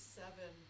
seven